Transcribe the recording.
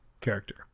character